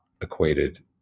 equated